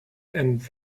and